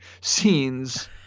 scenes